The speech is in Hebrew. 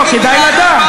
לא, כדאי לדעת.